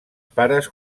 pares